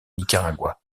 nicaragua